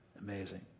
Amazing